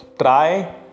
try